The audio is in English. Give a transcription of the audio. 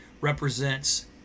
represents